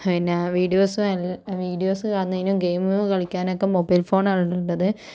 പിന്നെ videos videos കാണുന്നതിനും game കളിക്കാനും ഒക്കെ മൊബൈൽ ഫോൺ ആണ് ഉള്ളത്